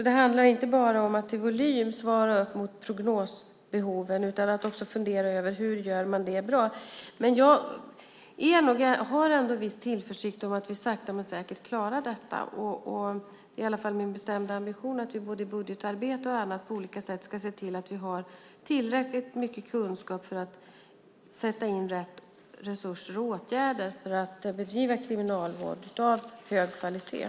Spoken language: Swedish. Det handlar inte bara om att i volym svara upp mot prognosbehoven utan också om att fundera över hur man gör det på ett bra sätt. Jag har ändå viss tillförsikt om att vi sakta men säkert klarar detta. Det är i alla fall min bestämda ambition att vi både i budgetarbete och annat på olika sätt ska se till att vi har tillräckligt mycket kunskap för att sätta in rätt resurser och åtgärder för att bedriva kriminalvård av hög kvalitet.